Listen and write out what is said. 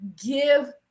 give